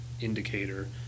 indicator